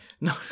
No